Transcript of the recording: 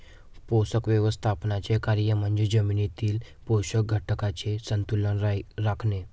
पोषक व्यवस्थापनाचे कार्य म्हणजे जमिनीतील पोषक घटकांचे संतुलन राखणे